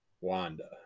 Wanda